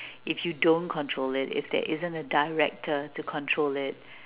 if you don't control it if there isn't a director to control it